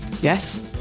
Yes